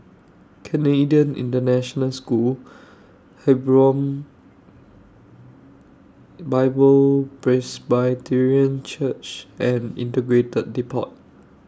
Canadian International School Hebron Bible Presbyterian Church and Integrated Depot